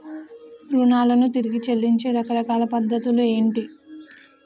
రుణాలను తిరిగి చెల్లించే రకరకాల పద్ధతులు ఏంటి?